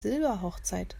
silberhochzeit